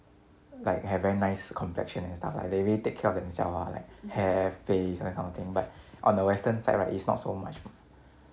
like very nice complexion and stuff they really take care of themselves lah like hair face all these kind of thing but on the western side right it's not so much